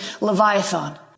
Leviathan